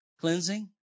Cleansing